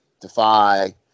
Defy –